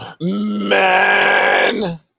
Man